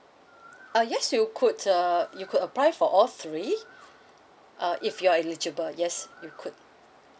ah yes you could uh you could apply for all three uh if you're eligible yes you could